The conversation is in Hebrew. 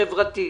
חברתי,